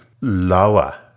lower